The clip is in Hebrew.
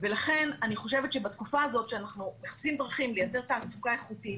לכן אני חושבת שבתקופה הזו שאנחנו מחפשים דרכים לייצר תעסוקה איכותית